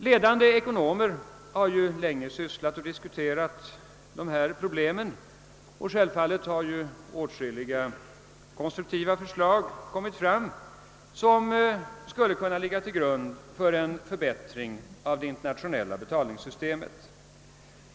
Ledande ekonomer har ju länge arbetat med och diskuterat dessa problem, och självfallet har åtskilliga konstruktiva förslag som skulle kunnat ligga till grund för en förbättring av det internationella betalningssystemet förts fram.